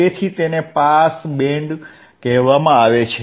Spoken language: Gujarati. તેથી તેને પાસ બેન્ડ કહેવામાં આવે છે